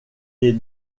est